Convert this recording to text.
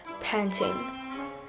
panting